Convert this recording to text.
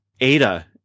Ada